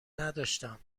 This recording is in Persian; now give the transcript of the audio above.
نداشتم